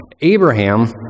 Abraham